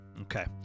Okay